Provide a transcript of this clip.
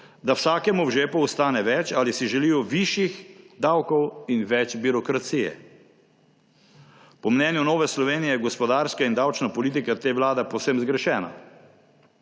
da vsakemu v žepu ostane več, ali si želijo višjih davkov in več birokracije? Po mnenju Nove Slovenije je gospodarska in davčna politika te vlade povsem zgrešena.